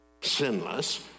sinless